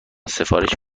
سفارش